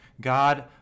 God